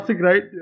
right